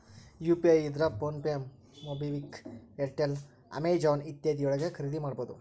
UPI ಇದ್ರ PhonePe MobiKwik Airtel Amazon ಇತ್ಯಾದಿ ಯೊಳಗ ಖರಿದಿಮಾಡಬಹುದು